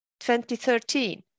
2013